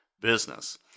business